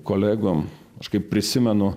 kolegom aš kaip prisimenu